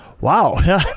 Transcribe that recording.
wow